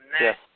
Yes